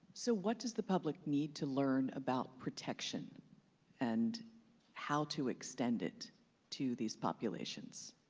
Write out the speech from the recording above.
so what does the public need to learn about protection and how to extend it to these populations?